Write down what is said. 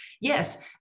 yes